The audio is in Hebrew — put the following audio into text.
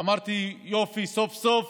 אמרתי: יופי, סוף-סוף